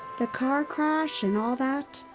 the car crash and all that.